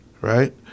right